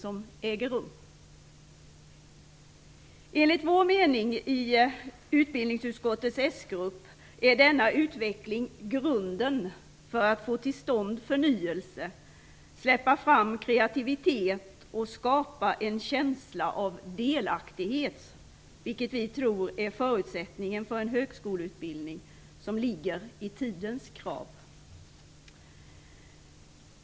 Enligt oss socialdemokrater i utbildningsutskottet är denna utveckling grunden för att få till stånd förnyelse, för att släppa fram kreativitet och för att skapa en känsla av delaktighet, vilket vi tror är en förutsättning för en högskoleutbildning som uppfyller tidens krav.